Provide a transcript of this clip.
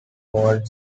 cold